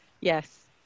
Yes